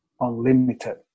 unlimited